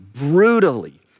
brutally